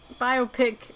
biopic